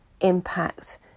impact